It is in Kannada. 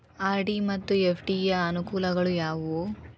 ಆರ್.ಡಿ ಮತ್ತು ಎಫ್.ಡಿ ಯ ಅನುಕೂಲಗಳು ಯಾವವು?